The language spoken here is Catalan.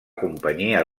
companyia